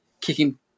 kicking